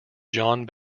john